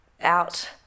out